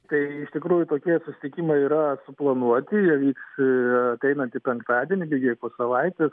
kai iš tikrųjų tokie susitikimai yra suplanuoti jie vyks ateinantį penktadienį lygiai po savaitės